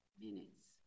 minutes